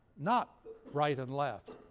not right and left.